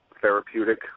therapeutic